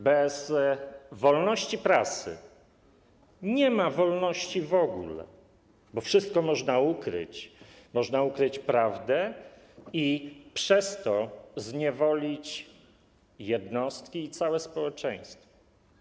Bez wolności prasy w ogóle nie ma wolności, bo wszystko można ukryć, można ukryć prawdę i przez to zniewolić jednostki i całe społeczeństwa.